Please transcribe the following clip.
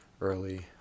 early